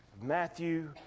Matthew